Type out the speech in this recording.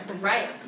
Right